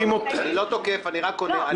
אני לא תוקף, אני רק עונה.